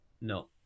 No